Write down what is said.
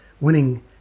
winning